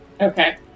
Okay